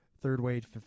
third-wave